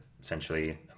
essentially